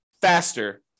faster